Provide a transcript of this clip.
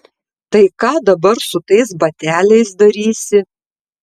tai ką dabar su tais bateliais darysi